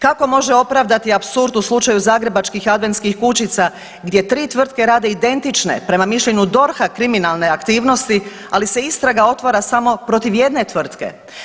Kako može opravdati apsurd u slučaju zagrebačkih adventskih kućica gdje tri tvrtke rade identične prema mišljenju DORH-a kriminalne aktivnosti, ali se istraga otvara samo protiv jedne tvrtke?